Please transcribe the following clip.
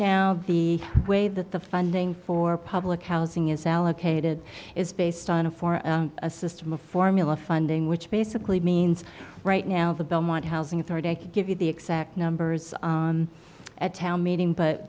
now the way that the funding for public housing is allocated is based on a for a system of formula funding which basically means right now the belmont housing authority i can give you the exact numbers at town meeting but